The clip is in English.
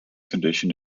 condition